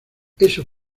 eso